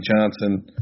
Johnson